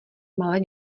malé